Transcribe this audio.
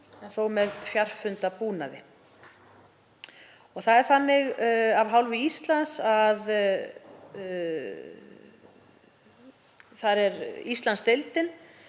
með fjarfundabúnaði. Það er þannig af hálfu Íslands að Íslandsdeildin